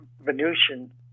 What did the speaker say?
Venusian